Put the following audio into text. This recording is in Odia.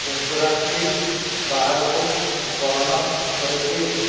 ରେଷ୍ଟୁରାଣ୍ଟଟି ବାହାରକୁ ବହନ କରେ କି